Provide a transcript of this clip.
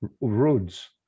Roads